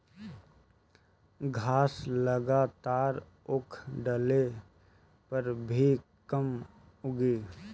घास लगातार उखड़ले पर भी कम उगी